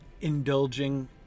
indulging